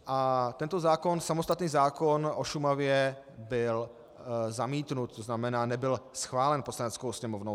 A tento samostatný zákon o Šumavě byl zamítnut, to znamená nebyl schválen Poslaneckou sněmovnou.